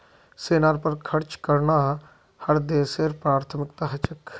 सेनार पर खर्च करना हर देशेर प्राथमिकता ह छेक